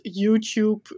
YouTube